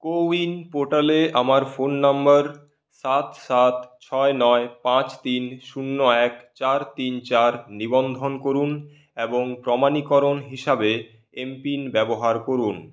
CoWIN পোর্টালে আমার phone number সাত সাত ছয় নয় পাঁচ তিন শূন্য এক চার তিন চার নিবন্ধন করুন এবং প্রমাণীকরণ হিসাবে এমপিন ব্যবহার করুন